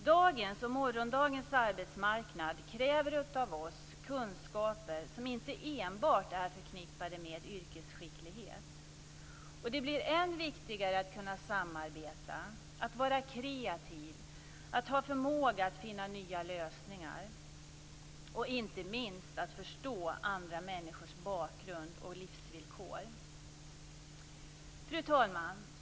Dagens och morgondagens arbetsmarknad kräver av oss kunskaper som inte enbart är förknippade med yrkesskicklighet. Det blir än viktigare att kunna samarbeta, att vara kreativ, att ha förmåga att finna nya lösningar och inte minst att förstå andra människors bakgrund och livsvillkor. Fru talman!